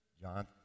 John